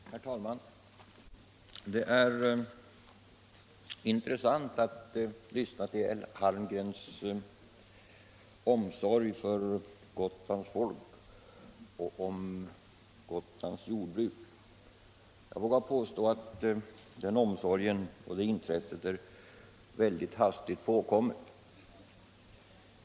Herr talman! Det är intressant att lyssna till herr Hallgrens omsorg om Gotlands folk och Gotlands jordbruk. Jag vågar påstå att den omsorgen och det intresset är mycket hastigt påkomna.